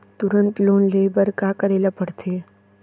तुरंत लोन ले बर का करे ला पढ़थे?